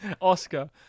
Oscar